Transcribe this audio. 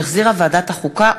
שהחזירה ועדת החוקה,